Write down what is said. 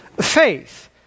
faith